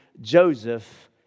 Joseph